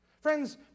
Friends